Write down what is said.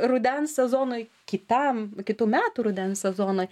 rudens sezonui kitam kitų metų rudens sezonui